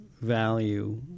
value